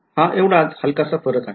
हा एवढाच हलकासा फरक आहे